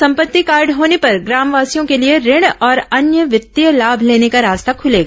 संपत्ति कार्ड होने पर ग्रामवासियों के लिए ऋण और अन्य वित्तीय लाम लेने का रास्ता खुलेगा